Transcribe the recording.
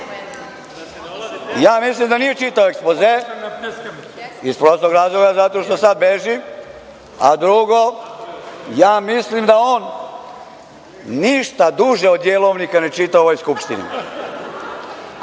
ja mislim da nije čitao ekspoze, iz prostog razloga zato što sada beži, a drugo ja mislim da on ništa duže od jelovnika ne čita u ovoj skupštini. Dame